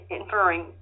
inferring